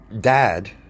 dad